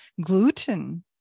gluten